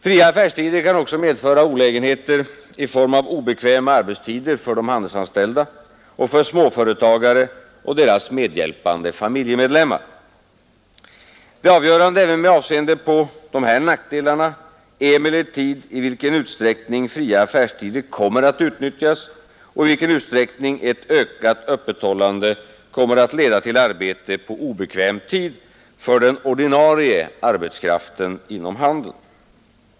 Fria affärstider kan också medföra olägenheter i form av obekväma arbetstider för de handelsanställda och för småföretagare och deras medhjälpande familjemedlemmar. Det avgörande även med avseende på dessa nackdelar är emellertid i vilken utsträckning fria affärstider kommer att utnyttjas och i vilken utsträckning ett ökat öppethållande kommer att leda till arbete på obekväm tid för den ordinarie arbetskraften inom handeln.